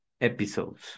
episodes